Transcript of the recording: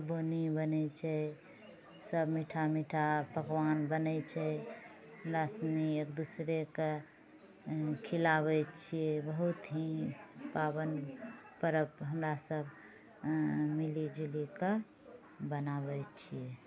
खगौनी बनै छै सभ मीठा मीठा पकवान बनै छै हमरासनी एकदूसरे कऽ खिलाबैत छियै बहुत ही पाबन पर्व हमरासभ मिलिजुलि कऽ बनाबै छियै